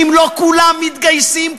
אם לא כולם מתגייסים,